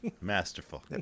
masterful